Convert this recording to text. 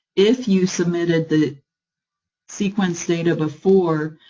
if you submitted the sequence data before,